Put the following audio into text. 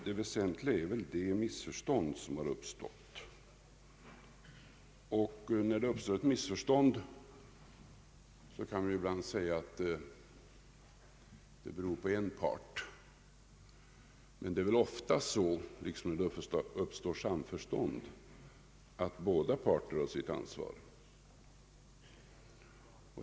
Det väsentliga är det missförstånd som har uppstått. När det uppstår ett missförstånd kan vi ibland säga att det beror på en part, men det är väl oftast så, liksom när det uppstår samförstånd, att båda parter har sitt ansvar.